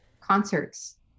concerts